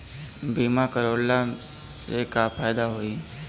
बीमा करवला से का फायदा होयी?